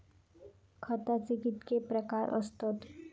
खताचे कितके प्रकार असतत?